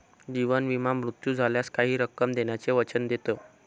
जीवन विमा मृत्यू झाल्यास काही रक्कम देण्याचे वचन देतो